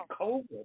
COVID